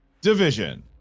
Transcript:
division